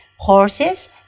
Horses